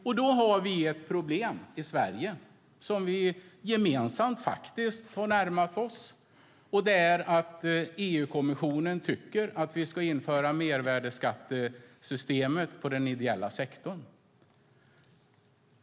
Men här har vi i Sverige ett problem som vi faktiskt gemensamt närmat oss. EU-kommissionen tycker nämligen att vi ska införa mervärdesskattesystemet i den ideella sektorn.